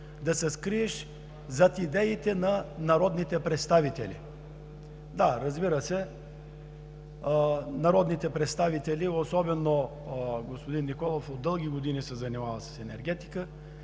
да се скриеш зад идеите на народните представители. Да, разбира се, народните представители, особено господин Николов, от дълги години се занимава с енергетика.